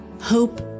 hope